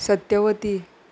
Satyavati